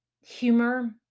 Humor